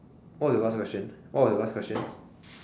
what was the last question what was the last question